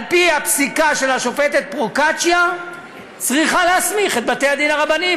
על-פי הפסיקה של השופטת פרוקצ'יה היא צריכה להסמיך את בתי-הדין הרבניים,